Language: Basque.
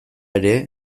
ere